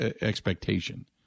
expectation